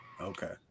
Okay